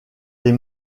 les